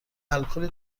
الکلی